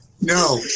no